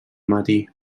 matí